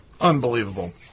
Unbelievable